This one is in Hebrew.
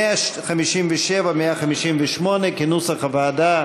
157 158, כנוסח הוועדה,